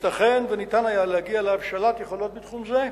ייתכן שניתן היה להגיע להבשלת יכולות בתחום זה,